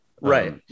Right